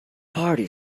party